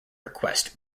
request